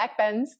backbends